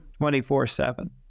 24/7